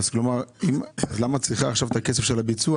אם כן, למה את צריכה עכשיו את הכסף של הביצוע?